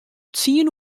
tsien